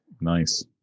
Nice